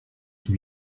qui